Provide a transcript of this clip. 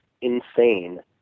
insane